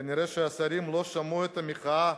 כנראה השרים לא שמעו את המחאה